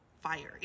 fiery